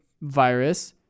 virus